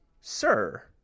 Sir